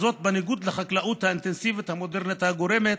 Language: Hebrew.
זאת בניגוד לחקלאות האינטנסיבית המודרנית, הגורמת